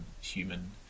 human